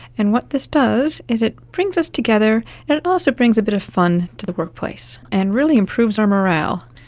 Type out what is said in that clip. and what this does is it brings us together and it also brings a bit of fun to the workplace and really improves our morale.